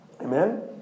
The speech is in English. Amen